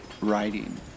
writing